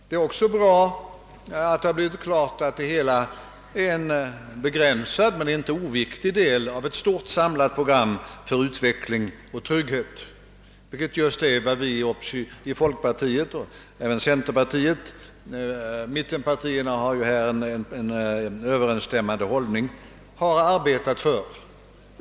Det är också bra att det blir klart, att det hela är en begränsad men inte oviktig del av ett stort samlat program för utveckling och trygghet, vilket just är vad vi i folkpartiet och även centerpartiet — mittenpartierna har här en överensstämmande hållning — arbetat för.